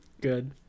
Good